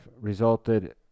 resulted